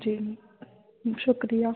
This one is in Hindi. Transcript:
जी शुक्रिया